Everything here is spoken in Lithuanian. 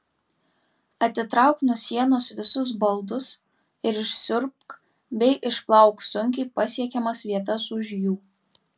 atitrauk nuo sienos visus baldus ir išsiurbk bei išplauk sunkiai pasiekiamas vietas už jų